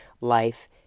life